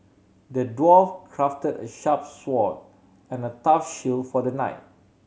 the dwarf crafted a sharp sword and a tough shield for the knight